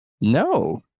No